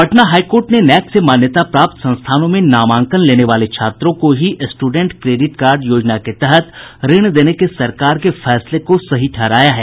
Patna high court ने NAAC से मान्यता प्राप्त संस्थानों में नामांकन लेने वाले छात्रों को ही स्ट्रडेंट क्रेडिट कार्ड योजना के तहत ऋण देने के सरकार के फैसले को सही ठहराया है